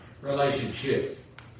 relationship